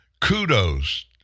Kudos